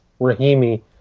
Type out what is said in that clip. Rahimi